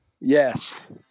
Yes